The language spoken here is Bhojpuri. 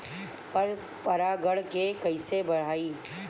पर परा गण के कईसे बढ़ाई?